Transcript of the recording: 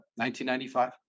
1995